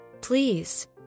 Please